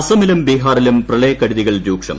അസമിലും ബീഹാറിലും പ്രിച്ചുയക്കെടുതികൾ രൂക്ഷം